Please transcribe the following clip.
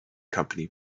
company